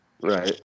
Right